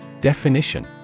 Definition